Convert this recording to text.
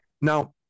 now